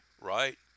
right